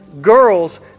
girls